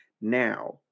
Now